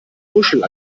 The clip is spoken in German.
muschel